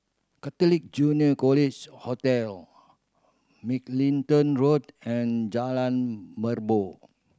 Catholic Junior College Hostel Mugliston Road and Jalan Merbok